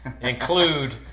include